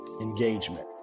Engagement